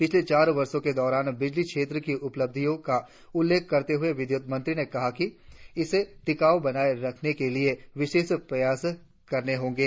पिछले चार वर्षों के दौरान बिजली क्षेत्र की उपलब्धियों का उल्लेख करते हुए विद्युत मंत्री ने कहा कि इसे टिकाउ बनाए रखने के लिए विशेष प्रयास करने होंगे